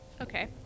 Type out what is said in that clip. Okay